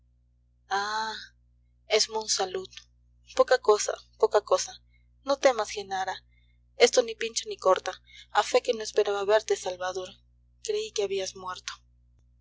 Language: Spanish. es monsalud poca cosa poca cosa no temas genara esto ni pincha ni corta a fe que no esperaba verte salvador creí que habías muerto